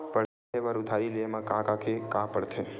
पढ़े बर उधारी ले मा का का के का पढ़ते?